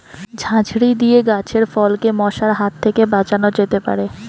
ঝাঁঝরি দিয়ে গাছের ফলকে মশার হাত থেকে বাঁচানো যেতে পারে?